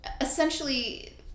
essentially